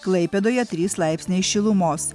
klaipėdoje trys laipsniai šilumos